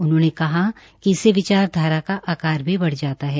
उन्होंने कहा कि इससे इससे विचारधारा का आकार भी बढ़ जाता है